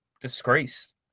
disgrace